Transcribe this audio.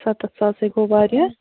سَتتھ ساس ہَے گوٚو واریاہ